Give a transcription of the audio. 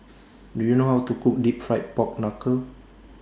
Do YOU know How to Cook Deep Fried Pork Knuckle